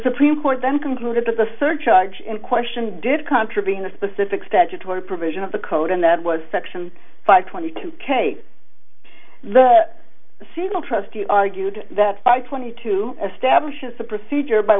supreme court then concluded that the surcharge in question did contravene a specific statutory provision of the code and that was section five twenty two case the single trustee argued that five twenty two establishes a procedure by